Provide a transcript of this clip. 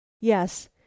yes